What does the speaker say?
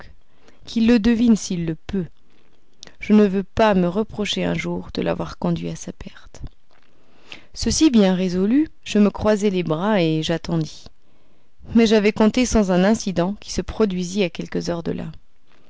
qu'il le devine s'il le peut je ne veux pas me reprocher un jour de l'avoir conduit à sa perte ceci bien résolu je me croisai les bras et j'attendis mais j'avais compté sans un incident qui se produisit à quelques heures de là